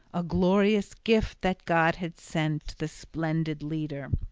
a glorious gift that god had sent the splendid leader.